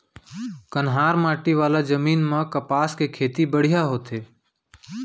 कन्हार माटी वाला जमीन म कपसा के खेती बड़िहा होथे